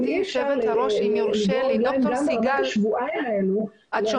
אי אפשר לדרוש --- סליחה, סיגל,